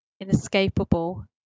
inescapable